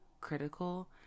critical